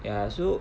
ya so